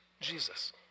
Jesus